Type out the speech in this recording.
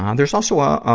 um there's also a,